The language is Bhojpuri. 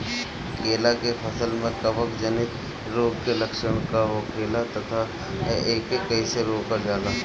केला के फसल में कवक जनित रोग के लक्षण का होखेला तथा एके कइसे रोकल जाला?